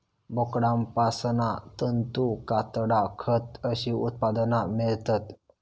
बोकडांपासना तंतू, कातडा, खत अशी उत्पादना मेळतत